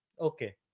Okay